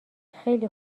خیلی